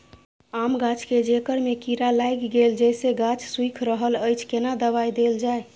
आम गाछ के जेकर में कीरा लाईग गेल जेसे गाछ सुइख रहल अएछ केना दवाई देल जाए?